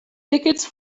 tickets